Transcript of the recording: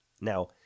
Now